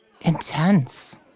Intense